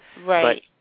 Right